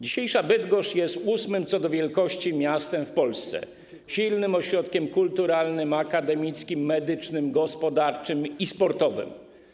Dzisiejsza Bydgoszcz jest ósmym co do wielkości miastem w Polsce, silnym środkiem kulturalnym, akademickim, medycznym, gospodarczym i sportowym.